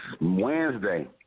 Wednesday